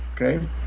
Okay